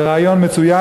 זה רעיון מצוין.